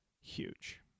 huge